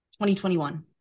2021